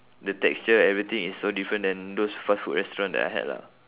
the texture everything is so different than those fast food restaurant that I had lah